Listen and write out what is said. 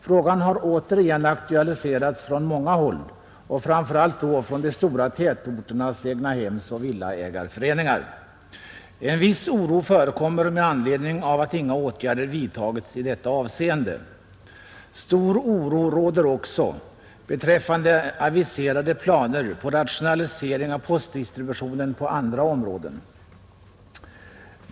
Frågan har återigen aktualiserats från många håll och framför allt då från de stora tätorternas egnahemsoch villaägareföreningar. En viss oro förekommer med anledning av att inga åtgärder vidtagits i detta avseende. Stor oro råder också beträffande aviserade planer på rationalisering av postdistributionen på andra områden.